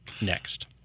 next